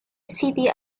city